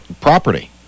property